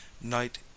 night